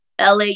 LA